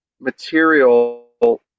material